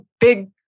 big